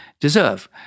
deserve